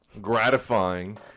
gratifying